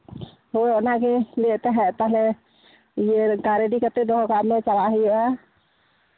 ᱦᱮᱸ ᱚᱱᱟᱜᱮ ᱞᱟᱹᱭᱮᱫ ᱛᱟᱦᱮᱸᱫ ᱛᱟᱦᱞᱮ ᱨᱮᱰᱤ ᱠᱟᱛᱮᱫ ᱫᱚᱦᱚ ᱠᱟᱜ ᱢᱮ ᱪᱟᱞᱟᱜ ᱦᱩᱭᱩᱜᱼᱟ